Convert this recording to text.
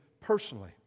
personally